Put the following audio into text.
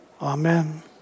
Amen